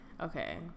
Okay